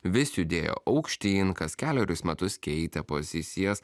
vis judėjo aukštyn kas kelerius metus keitė pozicijas